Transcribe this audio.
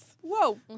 whoa